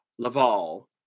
Laval